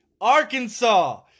Arkansas